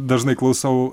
dažnai klausau